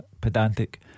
pedantic